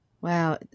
Wow